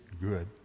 good